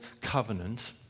covenant